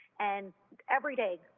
and every day,